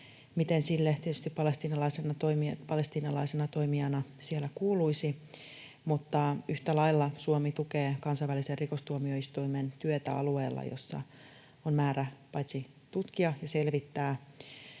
miten sille tietysti palestiinalaisena toimijana siellä kuuluisi. Mutta yhtä lailla Suomi tukee kansainvälisen rikostuomioistuimen työtä alueella, jossa on määrä tutkia ja selvittää,